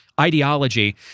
ideology